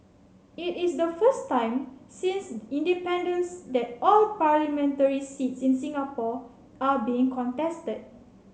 it is the first time since independence that all parliamentary seats in Singapore are being contested